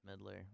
Midler